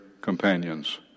companions